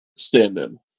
stand-in